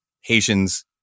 Haitians